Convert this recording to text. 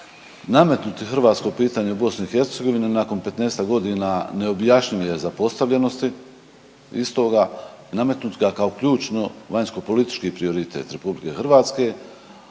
nametnuti hrvatsko pitanje u BiH nakon 15-ak godina neobjašnjive zapostavljenosti istoga, nametnuti ga kao ključno vanjsko politički prioritet RH, da je